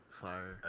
fire